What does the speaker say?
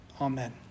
amen